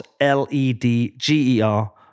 L-E-D-G-E-R